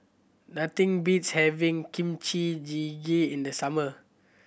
nothing beats having Kimchi Jjigae in the summer